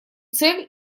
цель